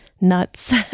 nuts